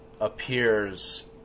appears